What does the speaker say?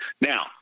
Now